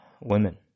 Women